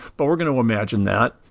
but we're going to imagine that.